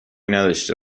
نداشته